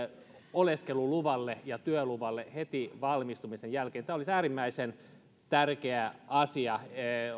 oleskeluluvalle ja työluvalle heti valmistumisen jälkeen tämä olisi äärimmäisen tärkeä asia